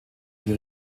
die